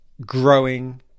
growing